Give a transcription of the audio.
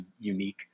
unique